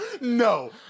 No